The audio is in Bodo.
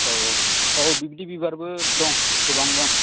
औ औ औ बिब्दि बिबारबो दं गोबां दं